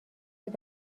سمت